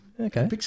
okay